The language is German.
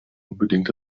unbedingt